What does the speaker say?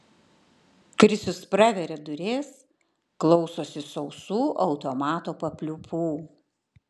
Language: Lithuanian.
krisius praveria duris klausosi sausų automato papliūpų